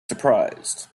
surprised